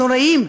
הנוראיים,